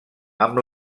amb